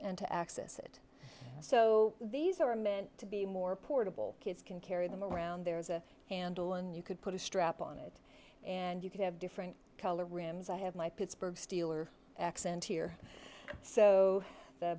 and to access it so these are meant to be more portable kids can carry them around there's a handle and you could put a strap on it and you can have different color rims i have my pittsburgh steeler accent here so